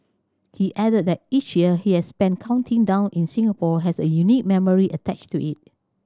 he added that each year he has spent counting down in Singapore has a unique memory attached to it